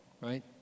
right